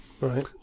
Right